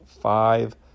five